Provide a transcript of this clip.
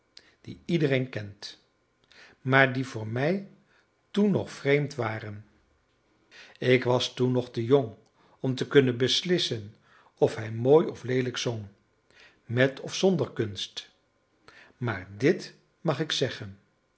die iedereen kent maar die voor mij toen nog vreemd waren ik was toen nog te jong om te kunnen beslissen of hij mooi of leelijk zong met of zonder kunst maar dit mag ik zeggen